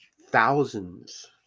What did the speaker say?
thousands